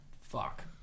fuck